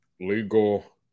legal